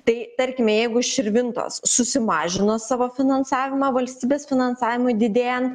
tai tarkime jeigu širvintos susimažino savo finansavimą valstybės finansavimui didėjant